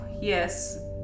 yes